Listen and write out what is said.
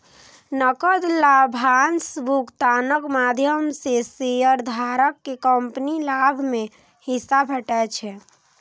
नकद लाभांश भुगतानक माध्यम सं शेयरधारक कें कंपनीक लाभ मे हिस्सा भेटै छै